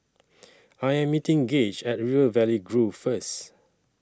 I Am meeting Gage At River Valley Grove First